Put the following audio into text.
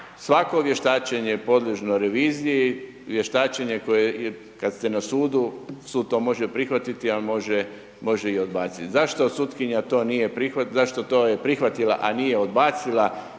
Svako vještačene, podoložno reviziji, vještačenje, koje kada ste na sudu, sud to može prihvatiti, a može i odbaciti. Zašto sutkinja to nije, zašto to je prihvatila a nije dobacila,